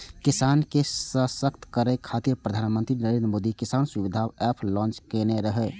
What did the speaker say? किसान के सशक्त करै खातिर प्रधानमंत्री नरेंद्र मोदी किसान सुविधा एप लॉन्च केने रहै